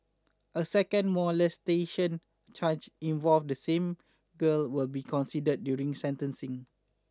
a second molestation charge involve the same girl will be considered during sentencing